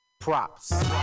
Props